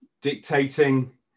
dictating